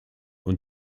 und